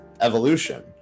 evolution